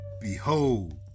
Behold